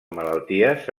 malalties